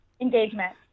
engagement